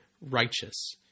righteous